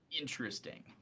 Interesting